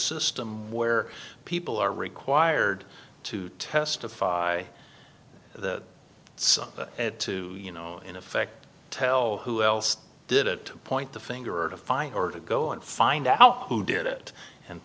system where people are required to testify that something had to you know in effect tell who else did it to point the finger or to find or to go and find out who did it and